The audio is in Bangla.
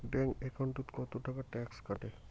ব্যাংক একাউন্টত কতো টাকা ট্যাক্স কাটে?